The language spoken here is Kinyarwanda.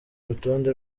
rutonde